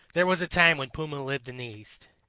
there was a time when puma lived in the east.